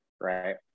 Right